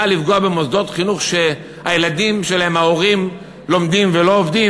לפגוע במוסדות חינוך שהילדים שההורים שלהם לומדים ולא עובדים,